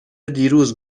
دیروز